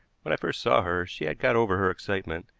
when i first saw her she had got over her excitement,